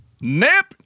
Nip